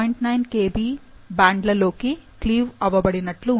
9 Kb band లలోకి cleave అవ్వబడినట్లు ఉంది